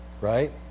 right